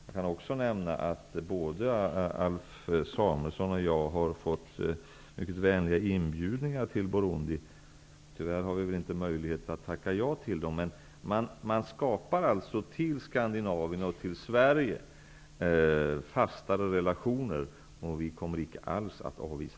Jag kan också nämna att både Alf Samuelsson och jag har fått mycket vänliga inbjudningar till Burundi, men tyvärr har vi inte möjlighet att tacka ja. Burundi håller alltså på att skapa fastare relationer till Sverige och Skandinavien, och dem kommer vi icke alls att avvisa.